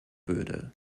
würde